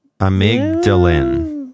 Amygdalin